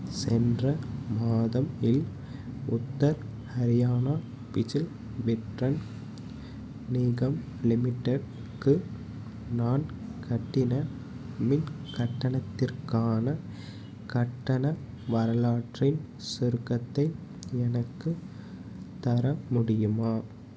சென்ற மாதம் இல் உத்தர் ஹரியானா பிஜில் விட்ரன் நிகாம் லிமிட்டெட் க்கு நான் கட்டின மின் கட்டணத்திற்கான கட்டண வரலாற்றின் சுருக்கத்தை எனக்குத் தர முடியுமா